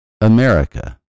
America